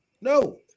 no